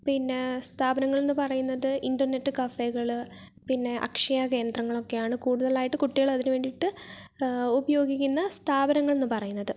പിന്നെ സ്ഥാപനങ്ങൾ എന്ന് പറയുന്നത് ഇൻ്റർനെറ്റ് കഫെകൾ പിന്നെ അക്ഷയ കേന്ദ്രങ്ങളൊക്കെയാണ് കൂടുതലായിട്ട് കുട്ടികൾ അതിനു വേണ്ടിയിട്ട് ഉപയോഗിക്കുന്ന സ്ഥാപനങ്ങൾ എന്ന് പറയുന്നത്